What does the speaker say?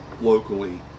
locally